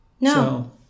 No